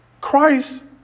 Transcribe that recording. Christ